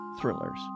Thrillers